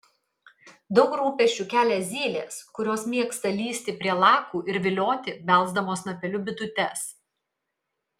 daug rūpesčių kelia zylės kurios mėgsta lįsti prie lakų ir vilioti belsdamos snapeliu bitutes